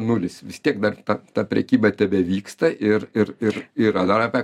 nulis vis tiek dar ta ta prekyba tebevyksta ir ir ir yra dar apie